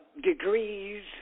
degrees